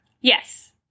yes